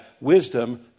wisdom